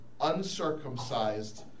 uncircumcised